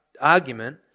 argument